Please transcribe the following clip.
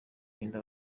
kurinda